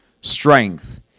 strength